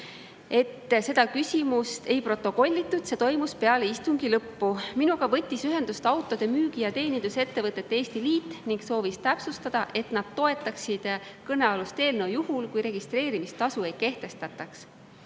et seda küsimust ei protokollitud, see esitati peale istungi lõppu. Minuga võttis ühendust Autode Müügi- ja Teenindusettevõtete Eesti Liit ning soovis täpsustada, et nad toetaksid kõnealust eelnõu juhul, kui registreerimistasu ei kehtestataks.